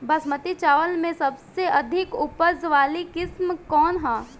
बासमती चावल में सबसे अधिक उपज वाली किस्म कौन है?